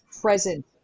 present